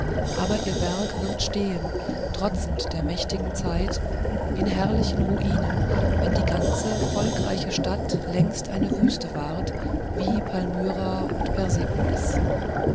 aber ihr werk wird stehen trotzend der mächtigen zeit in herrlichen ruinen wenn die ganze volkreiche stadt längst eine wüste ward wie palmyra und